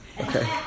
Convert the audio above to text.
Okay